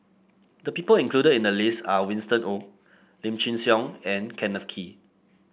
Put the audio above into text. the people include in the list are Winston Oh Lim Chin Siong and Kenneth Kee